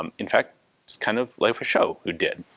um in fact, it's kind of lefacheaux who did.